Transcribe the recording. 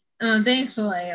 Thankfully